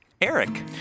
Eric